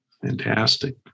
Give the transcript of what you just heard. Fantastic